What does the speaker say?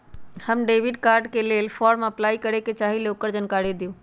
हम debit card के लेल फॉर्म अपलाई करे के चाहीं ल ओकर जानकारी दीउ?